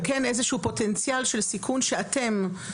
אני חושבת שיש פה כן איזשהו פוטנציאל של סיכון שאתם תכתיבו